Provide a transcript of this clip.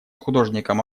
художником